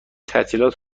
تعطیلات